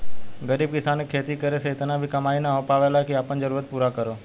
गरीब किसान के खेती करे से इतना भी कमाई ना हो पावेला की आपन जरूरत पूरा करो